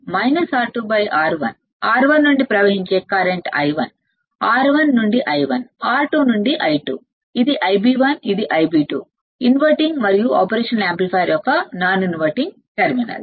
R1 నుండి ప్రవహించే కరెంట్i1 R1 నుండి i1R2 నుండి i2 ఇది Ib1 ఇది Ib2 ఇన్వర్టింగ్ మరియు ఆపరేషన్ యాంప్లిఫైయర్ యొక్క నాన్ ఇన్వర్టింగ్ టెర్మినల్స్